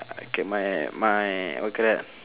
okay my my what you call that